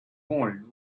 wanted